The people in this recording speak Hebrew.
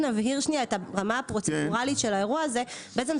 אני רוצה להבהיר את הרמה הפרוצדורלית של האירוע הזה.